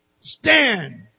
Stand